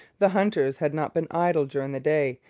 the hunters had not been idle during the day,